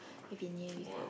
if you knew it ah